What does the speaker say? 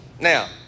Now